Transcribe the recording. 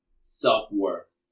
self-worth